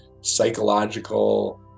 psychological